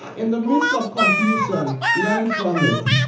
in the midst of confusion, learn from it.